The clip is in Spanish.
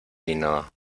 ainhoa